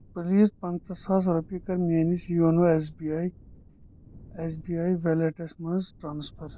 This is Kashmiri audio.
پلیز پَنٛژاہ رۄپیہِ کر میٲنِس YONO S B I S B I wallets مَنٛز ٹرانسفر